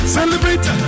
Celebrate